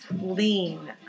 Lean